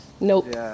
Nope